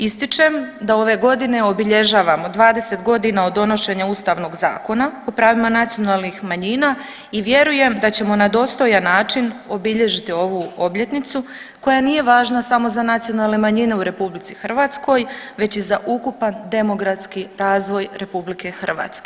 Ističem da ove godine obilježavamo 20 godina od donošenja Ustavnog zakona o pravima nacionalnih manjina i vjerujem da ćemo na dostojan način obilježiti ovu obljetnicu koja nije važna samo za nacionalne manjine u RH već i za ukupan demografski razvoj RH.